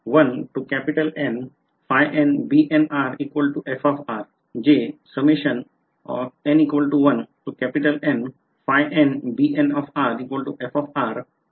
तर जे आहे